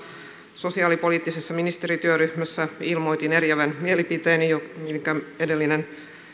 sosiaalipoliittisessa ministerityöryhmässä ilmoitin eriävän mielipiteeni minkä edellinen